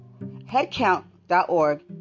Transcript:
Headcount.org